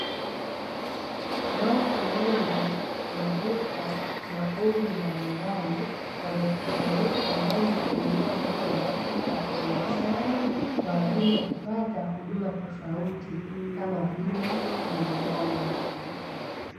Watu wengi wa rika na umri mbalimbali, wamekusanyika ndani ya eneo moja la kibiashara, kwa ajili ya kupata huduma tofauti, kama vile burudani.